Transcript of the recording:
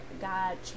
God